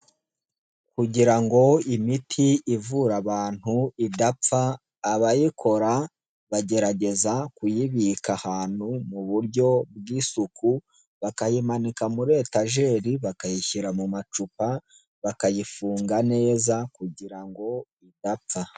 Kugira ngo imiti ivura abantu idapfa, abayikora bagerageza kuyibika ahantu mu buryo bw'isuku, bakayimanika muri etajeri, bakayishyira mu macupa, bakayifunga neza kugira ngo idapfa.